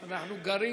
אנחנו במאבק